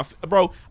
Bro